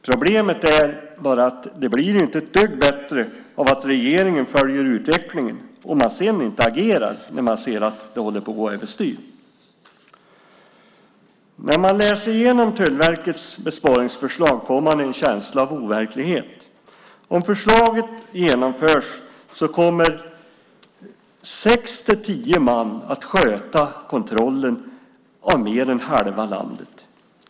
Problemet är bara att det inte blir ett dugg bättre av att regeringen följer utvecklingen om man sedan inte agerar när man ser att det håller på att gå över styr. När man läser igenom Tullverkets besparingsförslag får man en känsla av overklighet. Om förslaget genomförs kommer sex-tio man att sköta kontrollen av mer än halva landet.